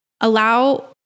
Allow